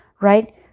right